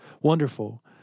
wonderful